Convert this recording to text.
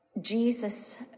Jesus